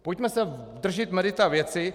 Pojďme se držet merita věci.